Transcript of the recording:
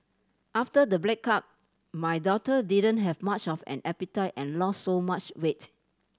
after the breakup my daughter didn't have much of an appetite and lost so much weight